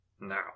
Now